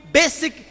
basic